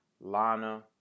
Lana